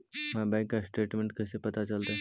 हमर bank statement कैसे पता चलतै?